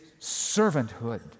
servanthood